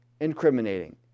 incriminating